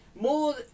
more